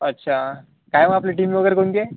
अच्छा काय मग आपली टीम वगैरे कोणती आहे